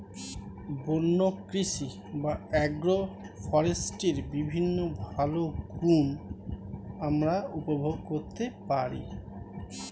বন্য কৃষি বা অ্যাগ্রো ফরেস্ট্রির বিভিন্ন ভালো গুণ আমরা উপভোগ করতে পারি